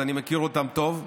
אז אני מכיר אותם טוב,